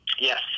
yes